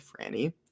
Franny